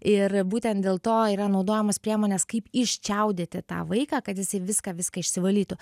ir būten dėl to yra naudojamos priemonės kaip iščiaudėti tą vaiką kad jisai viską viską išsivalytų